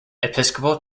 episcopal